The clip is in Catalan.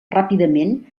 ràpidament